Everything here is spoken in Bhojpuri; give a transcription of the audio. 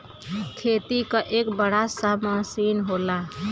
खेती क एक बड़ा सा मसीन होला